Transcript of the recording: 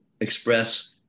express